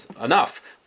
enough